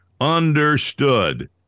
Understood